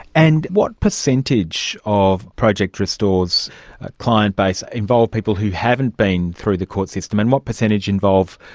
and what percentage of project restore's client base involve people who haven't been through the court system, and what percentage involve,